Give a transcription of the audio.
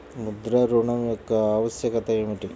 ముద్ర ఋణం యొక్క ఆవశ్యకత ఏమిటీ?